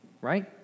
right